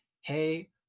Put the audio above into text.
Hey